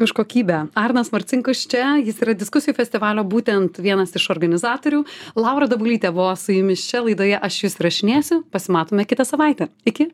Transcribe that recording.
už kokybę arnas marcinkus čia jis yra diskusijų festivalio būtent vienas iš organizatorių laura dabulytė buvo su jumis čia laidoje aš jus rašinėsiu pasimatome kitą savaitę iki